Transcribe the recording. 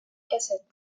cassettes